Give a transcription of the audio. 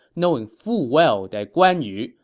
knowing full well that guan yu,